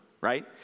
Right